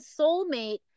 soulmate